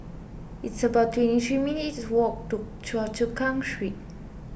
it's about twenty three minutes' walk to Choa Chu Kang Street